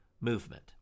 movement